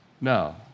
No